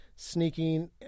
sneaking